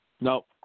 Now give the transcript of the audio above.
No